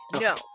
no